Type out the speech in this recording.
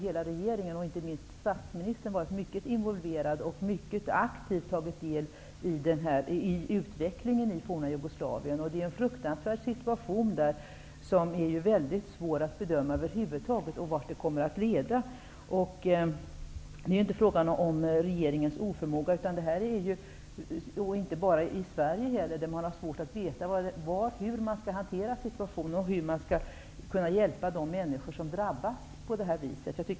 Hela regeringen, inte minst statsministern, har ju varit mycket involverad och har mycket aktivt tagit del av utvecklingen i det forna Jugoslavien. Det är en fruktansvärd situation där. Det är väldigt svårt att över huvud taget bedöma vart den kommer att leda. Det är inte fråga om regeringens oförmåga. Det är ju inte bara i Sverige som man har svårt att veta hur man skall hantera situationen och hur man skall kunna hjälpa de människor som drabbas på det här viset.